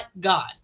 God